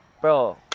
Bro